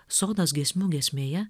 sodas giesmių giesmėje